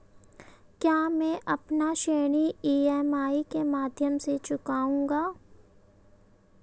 क्या मैं अपना ऋण ई.एम.आई के माध्यम से चुकाऊंगा?